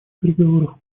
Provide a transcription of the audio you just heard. переговоров